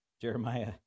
Jeremiah